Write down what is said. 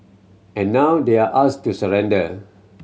and now they're asked to surrender